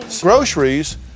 Groceries